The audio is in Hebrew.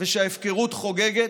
ושההפקרות חוגגת,